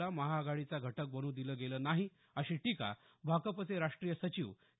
ला महाआघाडीचा घटक बनू दिलं गेलं नाही अशी टीका भाकपचे राष्ट्रीय सचिव के